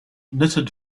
knitted